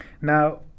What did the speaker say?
Now